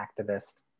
activist